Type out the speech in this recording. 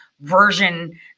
version